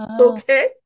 okay